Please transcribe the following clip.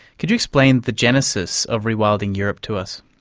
could you explain the genesis of rewilding europe to us?